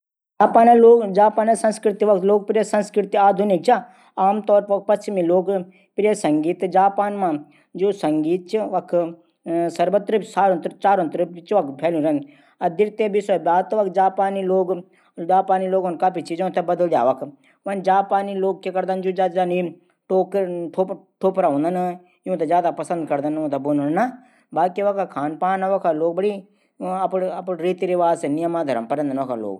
तुम कुछ दिनों से बहुत मेहनत कना छां। क्या बात च वन मेहनत कन अचछी बात भी चा अगर आदमी मेहनत कारलू त वे थे यांकू फल भी मिलदू। इले मेहनत करद रैंण चैंद वां से स्वास्थ्य भी ठिक रैंदू और मेहनत कनो फैदा ययी हूदू कि मन लग्यू रैंदू मन भटकदू नीचा। और मेहनतो परिणाम भी जरूर मिलदू।